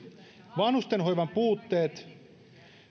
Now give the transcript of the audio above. vanhustenhoivan puutteet